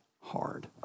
hard